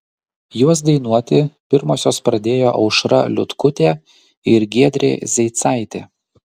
juos dainuoti pirmosios pradėjo aušra liutkutė ir giedrė zeicaitė